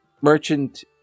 merchant